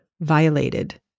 violated